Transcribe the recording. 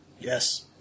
yes